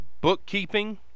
bookkeeping